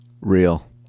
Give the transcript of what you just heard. real